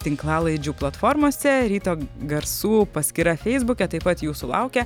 tinklalaidžių platformose ryto garsų paskyra feisbuke taip pat jūsų laukia